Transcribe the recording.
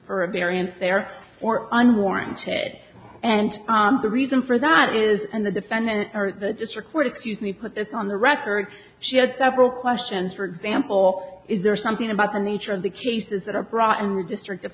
her a very unfair or unwarranted and the reason for that is in the defendant or the district court excuse me put this on the record she had several questions for example is there something about the nature of the cases that are brought in were district of